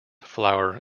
flour